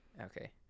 Okay